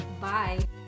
bye